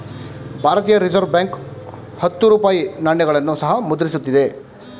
ಭಾರತೀಯ reserve bank ಹತ್ತು ರೂಪಾಯಿ ನಾಣ್ಯಗಳನ್ನು ಸಹ ಮುದ್ರಿಸುತ್ತಿದೆ